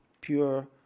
pure